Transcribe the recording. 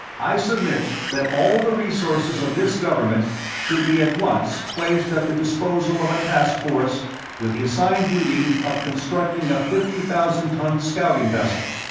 i submit that all the resources of this government should be at once placed at the disposal of a task force with the assigned duty of constructing a fifty-thousand-ton scouting vessel,